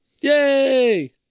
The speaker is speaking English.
Yay